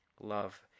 Love